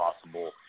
possible